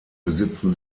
besitzen